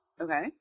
Okay